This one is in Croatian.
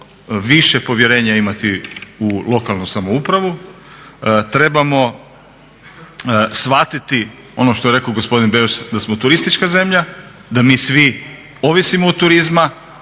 više povjerenja imati u lokalnu samoupravu, trebamo shvatiti ono što je rekao gospodin Beus da smo turistička zemlja, da mi svi ovisimo od turizma